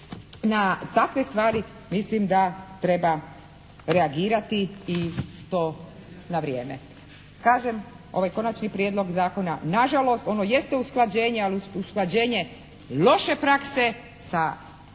Na takve stvari mislim da treba reagirati i to na vrijeme. Kažem, ovaj Konačni prijedlog zakona na žalost ono jeste usklađenje, ali usklađenje loše prakse sa evo